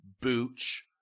Booch